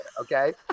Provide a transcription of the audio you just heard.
okay